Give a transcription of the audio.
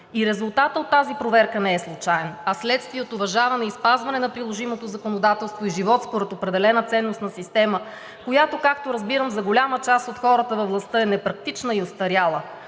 И резултатът от тази проверка не е случаен, а вследствие на уважаване и спазване на приложимото законодателство и живот според определена ценностна система, която, както разбирам, за голяма част от хората във властта е непрактична и остаряла,